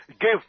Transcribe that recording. Give